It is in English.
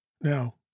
Now